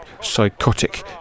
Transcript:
psychotic